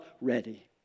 ready